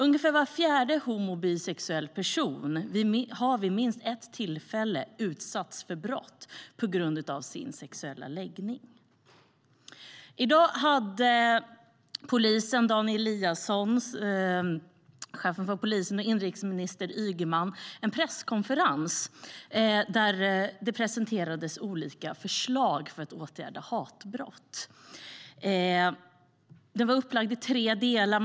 Ungefär var fjärde homo eller bisexuell person har vid minst ett tillfälle utsatts för brott på grund av sin sexuella läggning. I dag hade rikspolischefen Dan Eliasson och inrikesminister Ygeman en presskonferens där det presenterades olika förslag för att åtgärda hatbrott. Det hela var upplagt i tre delar.